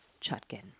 Chutkin